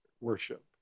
worship